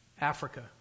Africa